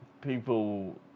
people